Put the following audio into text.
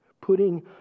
Putting